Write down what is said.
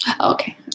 okay